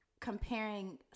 comparing